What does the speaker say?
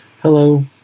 Hello